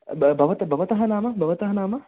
भ भवतः भवतः नाम भवतः नाम